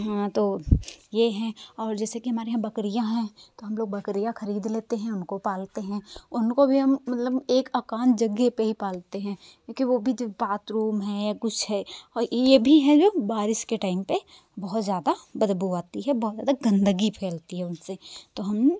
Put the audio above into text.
हाँ तो ये हैं और जैसे कि हमारे यहाँ बकरियां हैं तो हम लोग बकरियां खरीद लेते हैं उनको पालते हैं उनको भी हम मतलब एक एकांत जगह पे ही पालते हैं क्योंकि वो भी जब बाथरूम है कुछ है और ये भी हैं जब बारिश के टाइम पे बहुत ज़्यादा बदबू आती है बहुत ज़्यादा गंदगी फैलती हैं उनसे तो हम